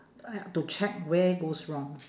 to check where goes wrong